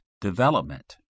development